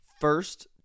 first